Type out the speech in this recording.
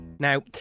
Now